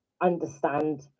understand